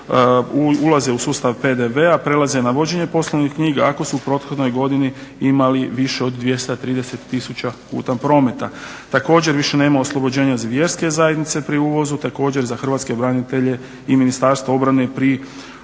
ulaze u sustav PDV-a, prelaze na vođenje poslovnih knjige ako su u prethodnoj godini imali više od 230 000 kuna prometa. Također više nema oslobođenja za vjerske zajednice pri uvozu, također i za hrvatske branitelje i Ministarstvo obrane pri uvozu